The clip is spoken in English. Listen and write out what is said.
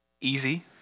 easy